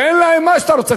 תן להם מה שאתה רוצה.